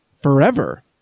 forever